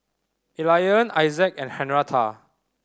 Elian Issac and Henretta